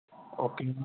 okay ਜੀ